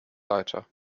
leiter